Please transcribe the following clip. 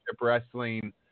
Wrestling